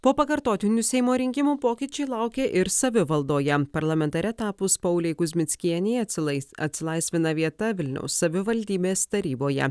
po pakartotinių seimo rinkimų pokyčiai laukia ir savivaldoje parlamentare tapus paulei kuzmickienei atsilais atsilaisvina vieta vilniaus savivaldybės taryboje